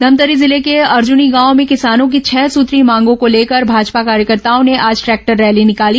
धमतरी जिले के अर्जुनी गांव में किसानों की छह सूत्रीय मांगों को लेकर भाजपा कार्यकर्ताओं ने आज ट्रैक्टर रैली निकाली